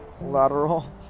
lateral